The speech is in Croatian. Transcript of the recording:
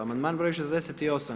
Amandman broj 68.